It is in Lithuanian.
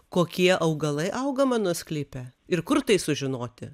kokie augalai auga mano sklype ir kur tai sužinoti